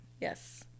Yes